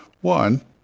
One